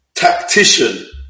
Tactician